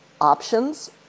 options